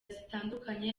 zitandukanye